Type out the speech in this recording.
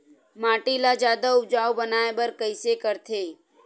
माटी ला जादा उपजाऊ बनाय बर कइसे करथे?